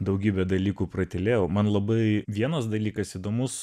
daugybę dalykų pratylėjau man labai vienas dalykas įdomus